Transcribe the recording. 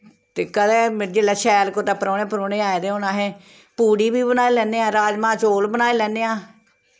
ते कदें जिल्लै शैल कुतै परौह्ने परूह्ने आए दे होन अस पूड़ी बी बनाई लैन्ने आं राजमाह् चौल बनाई लैन्ने आं